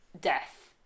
death